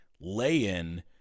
lay-in